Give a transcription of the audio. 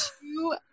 two